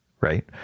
right